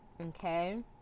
okay